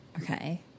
Okay